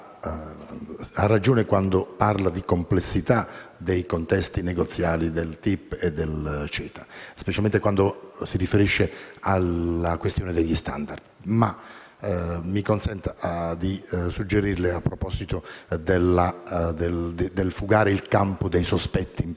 ha ragione quando parla di complessità dei contesti negoziali del TTIP e del CETA, specialmente quando si riferisce alla questione degli *standard*. Ma mi consenta di suggerirle, a proposito del fugare il campo dai sospetti,